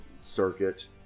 circuit